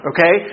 Okay